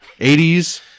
80s